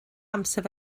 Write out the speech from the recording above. amser